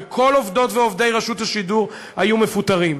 וכל עובדות ועובדי רשות השידור היו מפוטרים.